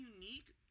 unique